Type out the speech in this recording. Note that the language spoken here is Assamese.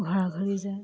ঘৰাঘৰি যায়